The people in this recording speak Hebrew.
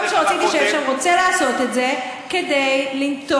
כל מי שרוצה להתיישב שם רוצה לעשות את זה כדי לנטוע